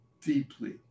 deeply